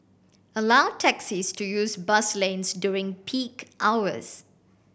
allow taxis to use bus lanes during peak hours